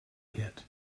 hit